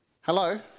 Hello